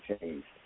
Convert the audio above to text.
changed